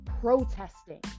protesting